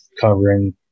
covering